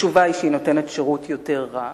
בפועל היא נותנת שירות יותר רע.